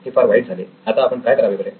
हे फार वाईट झाले आता आपण काय करावे बरे